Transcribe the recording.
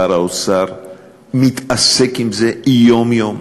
שר האוצר מתעסק עם זה יום-יום.